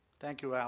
thank you, al.